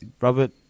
Robert